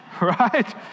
Right